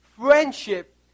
Friendship